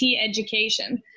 education